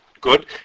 good